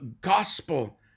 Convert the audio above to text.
gospel